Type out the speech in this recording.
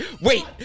Wait